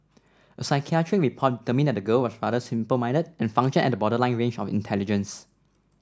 a psychiatric report determined that the girl was rather simple minded and functioned at the borderline range of intelligence